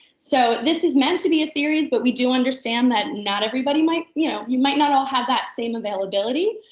so this is meant to be a series, but we do understand that not everybody might, you know, you might not all have that same availability.